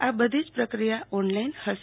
આ બધી પ્રક્રિયા ઓનલાઈન હશે